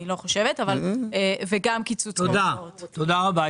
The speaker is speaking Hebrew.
אני לא חושבת, אבל תודה רבה.